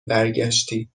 برگشتی